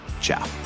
Ciao